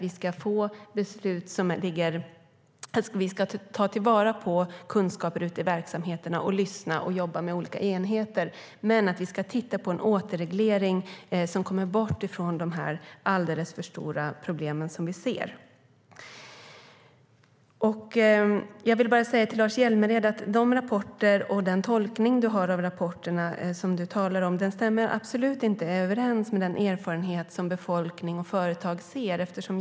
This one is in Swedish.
Vi ska ta vara på kunskaper ute i verksamheterna, lyssna och jobba med olika enheter, men vi ska titta på en återreglering som kommer bort från de alldeles för stora problem som vi ser. Till Lars Hjälmered vill jag säga att hans tolkning av de rapporter han talar om absolut inte stämmer överens med den erfarenhet som befolkning och företag har.